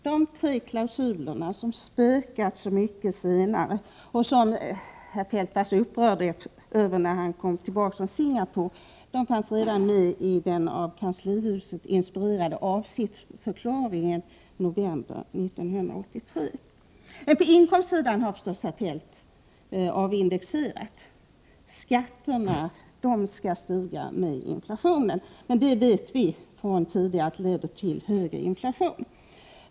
De tre klausuler som senare spökade och som herr Feldt var så upprörd över, när han kom tillbaka från sin resa till Singapore, fanns med redan i den av kanslihuset inspirerade avsiktsförklaringen i november 1983. Men på inkomstsidan har förstås herr Feldt avindexerat. Skatterna skall stiga med inflationen. Vi vet sedan tidigare att det leder till högre inflation.